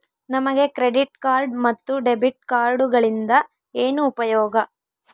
ನಮಗೆ credit card ಮತ್ತು debit ಕಾರ್ಡುಗಳಿಂದ ಏನು ಉಪಯೋಗ?